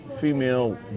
female